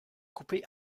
coupé